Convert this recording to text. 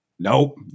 Nope